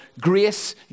Grace